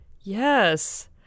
Yes